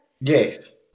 Yes